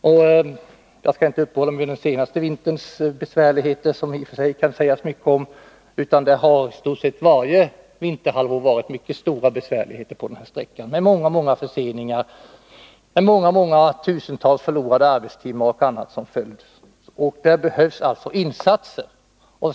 Jag skall nu inte uppehålla mig vid den senaste vinterns besvärligheter — som det i och för sig kan sägas mycket om. Under i stort sett varje vinterhalvår har det varit mycket stora besvärligheter på denna sträcka, med många och långa förseningar, tusentals förlorade arbetstimmar och annat elände som följd. Där behövs alltså insatser.